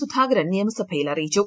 സുധാകരൻ നിയമസഭയിൽ അറിയിച്ചു